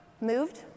moved